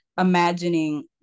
imagining